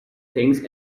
things